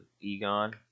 Egon